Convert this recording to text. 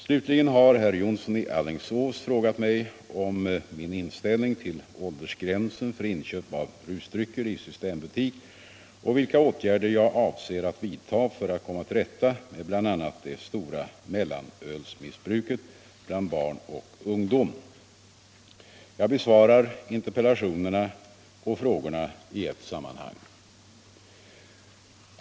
Slutligen har herr Jonsson i Alingsås frågat mig om min inställning till åldersgränsen för inköp av rusdrycker i systembutik och vilka åtgärder jag avser att vidta för att komma till rätta med bl.a. det stora mellanölsmissbruket bland barn och ungdom. Jag besvarar interpellationerna och frågan i ett sammanhang.